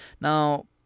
Now